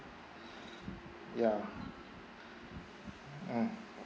ya mm